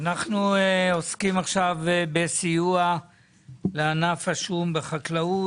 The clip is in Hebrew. אנחנו עוסקים עכשיו בסיוע לענף השום בחקלאות.